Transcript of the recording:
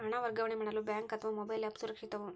ಹಣ ವರ್ಗಾವಣೆ ಮಾಡಲು ಬ್ಯಾಂಕ್ ಅಥವಾ ಮೋಬೈಲ್ ಆ್ಯಪ್ ಸುರಕ್ಷಿತವೋ?